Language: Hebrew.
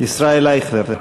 ישראל אייכלר.